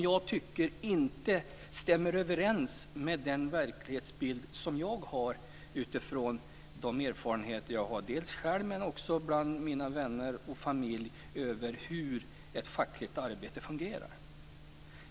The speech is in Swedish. Jag tycker inte att det stämmer överens med den verklighetsbild som jag har utifrån de erfarenheter jag själv liksom mina vänner och min familj har av hur ett fackligt arbete fungerar.